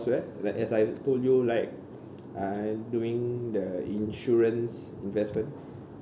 where like as I told you right I am doing the insurance investment